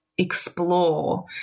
explore